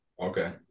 okay